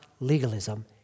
Legalism